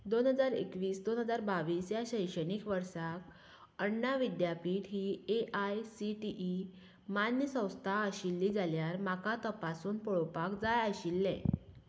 दोन हजार एकवीस दोन हजार बावीस ह्या शैक्षणीक वर्सा अण्णा विद्यापीठ ही एआयसीटीई मान्य संस्था आशिल्ली जाल्यार म्हाका तपासून पळोवपाक जाय आशिल्लें